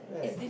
right